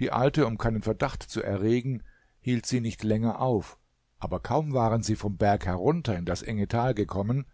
die alte um keinen verdacht zu erregen hielt sie nicht länger auf aber kaum waren sie vom berg herunter in das enge tal gekommen